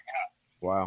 Wow